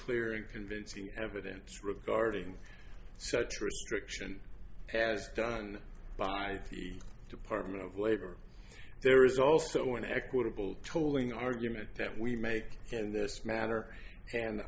clear and convincing evidence regarding such restriction has done by the department of labor there is also an equitable tolling argument that we make in this matter and